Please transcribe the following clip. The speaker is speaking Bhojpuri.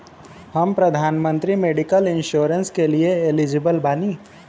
हम प्रधानमंत्री मेडिकल इंश्योरेंस के लिए एलिजिबल बानी?